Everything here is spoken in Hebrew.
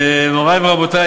מורי ורבותי,